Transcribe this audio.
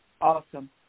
Awesome